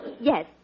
Yes